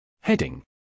Heading